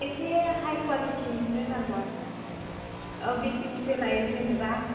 एसे हाइ क्वालिटिनिखौनो नांगौ आरो ना बेसे बेसे लायो जेनेबा